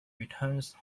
returns